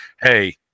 Hey